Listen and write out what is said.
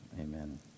amen